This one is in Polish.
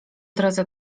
drodze